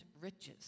riches